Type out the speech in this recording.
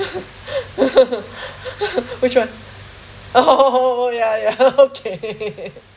which one oh oh ya ya okay